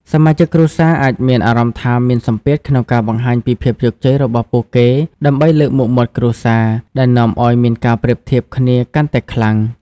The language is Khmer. សមាជិកគ្រួសារអាចមានអារម្មណ៍ថាមានសម្ពាធក្នុងការបង្ហាញពីភាពជោគជ័យរបស់ពួកគេដើម្បីលើកមុខមាត់គ្រួសារ ដែលនាំឲ្យមានការប្រៀបធៀបគ្នាកាន់តែខ្លាំង។